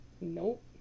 Nope